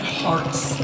heart's